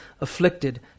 afflicted